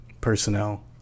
personnel